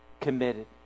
committed